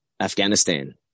Afghanistan